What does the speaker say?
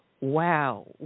Wow